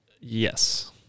yes